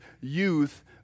youth